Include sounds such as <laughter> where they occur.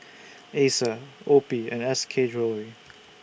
<noise> Acer OPI and S K Jewellery <noise>